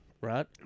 Right